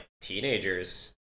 teenagers